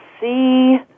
see